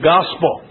Gospel